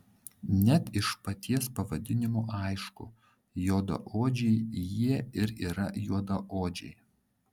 net iš paties pavadinimo aišku juodaodžiai jie ir yra juodaodžiai